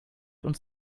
uns